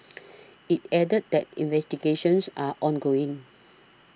it added that investigations are ongoing